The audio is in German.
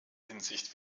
hinsicht